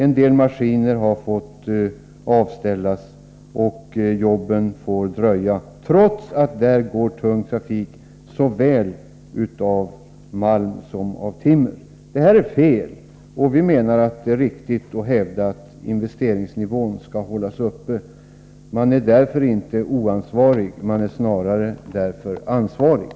En del maskiner har ställts av, och jobben får vänta, trots att det på denna sträcka går tung trafik — transporter av såväl malm som timmer. Detta är fel. Vi menar att det är riktigt att hävda att investeringsnivån skall hållas uppe. Vi är därför inte oansvariga, snarare ansvarskännande.